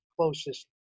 closest